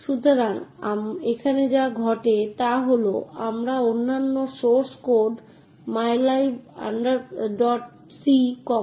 সুতরাং এখন দেখা হবে কিছু হার্ডওয়্যার স্তরের অ্যাক্সেস কন্ট্রোল মেকানিজম এবং এছাড়াও OS level access control mechanism